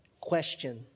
question